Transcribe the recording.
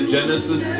Genesis